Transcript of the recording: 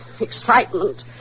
excitement